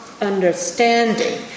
understanding